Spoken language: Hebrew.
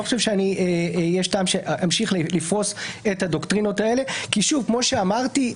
אני לא חושב שיש טעם שאמשיך לפרוס את הדוקטרינות האלה כי כמו שאמרתי,